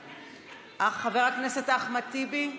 חבר הכנסת אחמד טיבי,